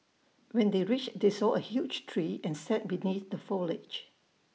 when they reached they saw A huge tree and sat beneath the foliage